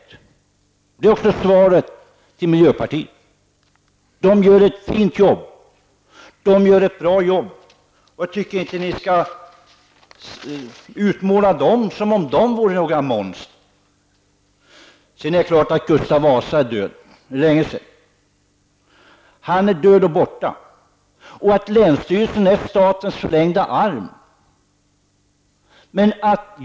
Det är också svaret till miljöpartiet. Dessa människor gör ett fint och bra jobb. Jag tycker inte att ni skall utmåla dem som om de vore några monster. Gustav Vasa är död för länge sedan. Han är död och borta liksom att länsstyrelsen skulle vara statens förlängda arm.